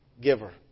Giver